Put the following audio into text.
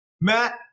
Matt